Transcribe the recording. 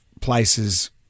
places